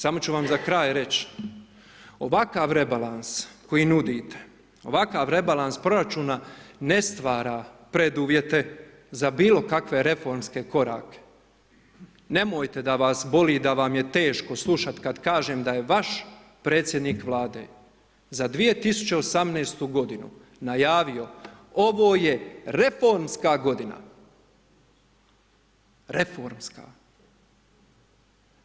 Samo ću vam za kraj reći, ovakav rebalans koji nudite, ovakav rebalans proračuna ne stvara preduvjete za bilo kakve reformske korake, nemojte da vas boli, da vam je teško slušati kad kažem da je vaš predsjednik Vlade za 2018.-tu godinu najavio ovo je reformska godina, reformska.